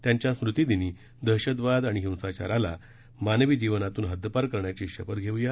त्यांच्या स्मृती दिनी दहशतवाद आणि हिंसाचाराला मानवी जीवनातून हद्दपार करण्याची शपथ घेऊ या